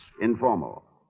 informal